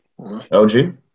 LG